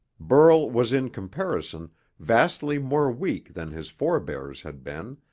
burl was in comparison vastly more weak than his forebears had been,